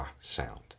sound